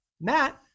matt